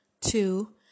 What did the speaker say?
Two